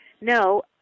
No